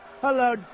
hello